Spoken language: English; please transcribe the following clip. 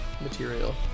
material